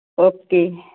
okay